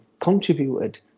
contributed